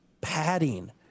padding